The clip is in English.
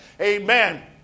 amen